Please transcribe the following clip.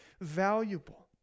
valuable